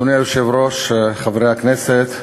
אדוני היושב-ראש, חברי הכנסת,